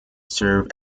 serve